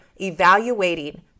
evaluating